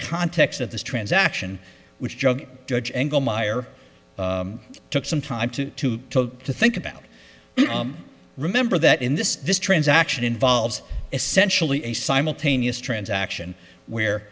context of this transaction which jug judge angle meyer took some time to talk to think about remember that in this this transaction involves essentially a simultaneous transaction where